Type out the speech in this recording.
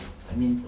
I mean